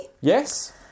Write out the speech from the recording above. Yes